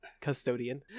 Custodian